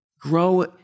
Grow